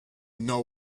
know